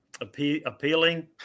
appealing